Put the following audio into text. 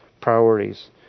priorities